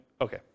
Okay